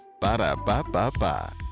Ba-da-ba-ba-ba